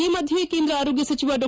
ಈ ಮಧ್ಯೆ ಕೇಂದ್ರ ಆರೋಗ್ಗ ಸಚಿವ ಡಾ